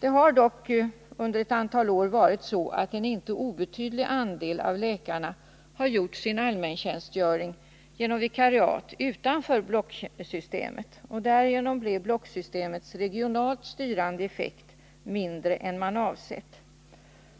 Det har dock under ett antal år varit så, att en inte obetydlig andel av läkarna har gjort sin allmäntjänstgöring som vikariatstjänstgöring utanför blocktjänstgöringssystemet, och därigenom har blocksystemets regionalt styrande effekt varit mindre än man avsett.